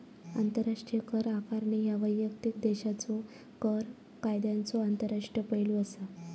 आंतरराष्ट्रीय कर आकारणी ह्या वैयक्तिक देशाच्यो कर कायद्यांचो आंतरराष्ट्रीय पैलू असा